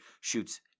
shoots